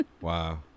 wow